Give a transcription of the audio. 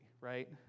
right